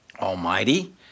almighty